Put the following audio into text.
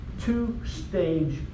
two-stage